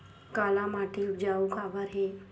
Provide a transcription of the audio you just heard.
काला माटी उपजाऊ काबर हे?